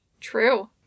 True